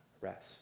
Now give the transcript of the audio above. rest